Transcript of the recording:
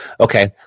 Okay